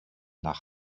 nach